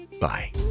Bye